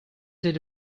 did